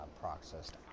processed